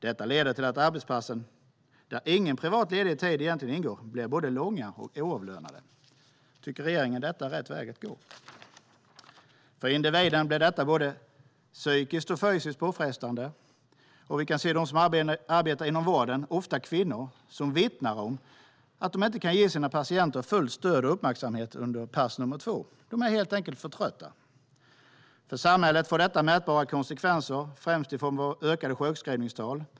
Detta leder till att arbetspassen, där ingen privat ledig tid egentligen ingår, blir både långa och oavlönade. Tycker regeringen att detta är rätt väg att gå? För individen blir det här både psykiskt och fysiskt påfrestande. De som arbetar inom vården, ofta kvinnor, vittnar om att de inte kan ge sina patienter fullt stöd och uppmärksamhet under pass nummer två. De är helt enkelt för trötta. För samhället får detta mätbara konsekvenser, främst i form av ökade sjukskrivningstal.